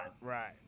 right